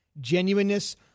genuineness